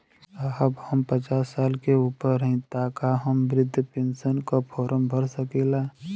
साहब हम पचास साल से ऊपर हई ताका हम बृध पेंसन का फोरम भर सकेला?